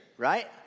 right